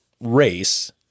race